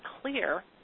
clear